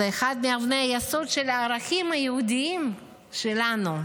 זה אחד מאבני היסוד של הערכים היהודיים שלנו.